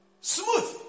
Smooth